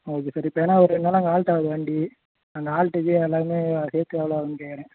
okay sir இப்போ எதனா ஒரு ரெண்டு நாள் அங்கே ஹால்ட் ஆகுது வண்டி அந்த ஹால்ட்டுக்கு எல்லாமே சேர்த்து எவ்வளோ ஆகும்னு கேட்கறேன்